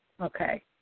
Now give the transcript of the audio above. Okay